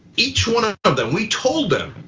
each one ah of them, we told them,